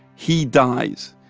he dies.